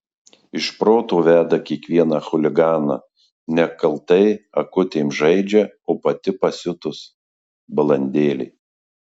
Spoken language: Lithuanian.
iš proto veda kiekvieną chuliganą nekaltai akutėm žaidžia o pati pasiutus balandėlė